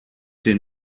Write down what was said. den